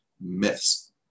myths